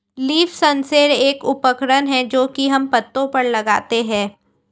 leaf sensor एक उपकरण है जो की हम पत्तो पर लगाते है